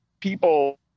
people